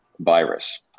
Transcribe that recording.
virus